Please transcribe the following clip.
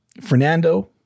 Fernando